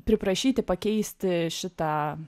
priprašyti pakeisti šitą